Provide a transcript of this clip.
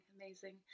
Amazing